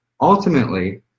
Ultimately